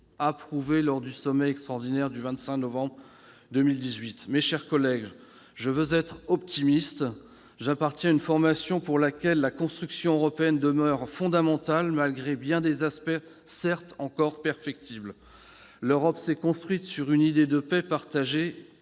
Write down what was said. approuvée lors du sommet extraordinaire du 25 novembre 2018 ? Mes chers collègues, je veux être optimiste. J'appartiens à une formation pour laquelle la construction européenne demeure fondamentale malgré bien des aspects certes encore perfectibles. L'Europe s'est construite sur l'idée d'une paix partagée